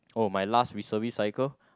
oh my last reservist cycle